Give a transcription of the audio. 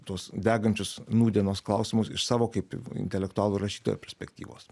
tuos degančius nūdienos klausimus iš savo kaip intelektualo rašytojo perspektyvos